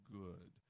good